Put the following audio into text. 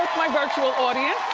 my virtual audience.